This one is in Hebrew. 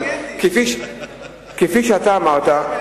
אבל כפי שאתה אמרת,